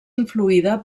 influïda